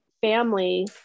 family